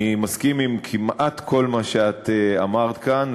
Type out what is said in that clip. אני מסכים כמעט עם כל מה שאת אמרת כאן,